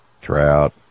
Trout